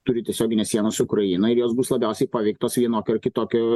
turi tiesioginę sieną su ukraina ir jos bus labiausiai paveiktos vienokio ar kitokio